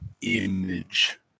image